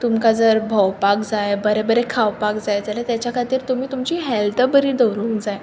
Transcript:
तुमकां जर भोंवपाक जाय बरें बरें खावपाक जाय जाल्यार ताच्या खातीर तुमी तुमची हॅल्थ बरी दवरूंक जाय